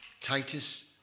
Titus